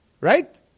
right